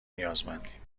نیازمندیم